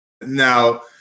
now